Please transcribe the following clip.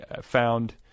found